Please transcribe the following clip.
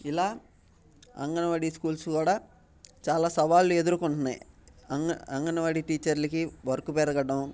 ఇలా అంగన్వాడి స్కూల్స్ కూడా చాలా సవాళ్ళు ఎదుర్కుంటున్నాయి అంగ అంగన్వాడి టీచర్లకి వర్క్ పెరగడం